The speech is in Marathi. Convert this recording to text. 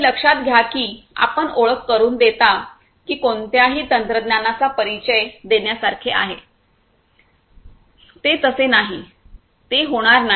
ते लक्षात घ्या की आपण ओळख करुन देता की कोणत्याही तंत्रज्ञानाचा परिचय देण्यासारखे आहे ते तसे नाही ते होणार नाही